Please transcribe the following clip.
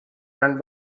run